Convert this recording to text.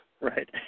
Right